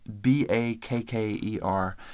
B-A-K-K-E-R